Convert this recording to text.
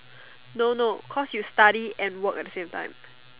no no because you study and work at the same time